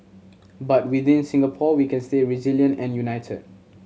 but within Singapore we can stay resilient and united